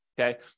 Okay